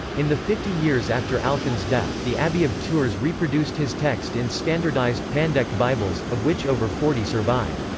in the fifty years after alcuin's death, the abbey of tours reproduced his text in standardised pandect bibles, of which over forty survive.